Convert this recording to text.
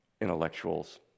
intellectuals